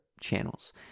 channels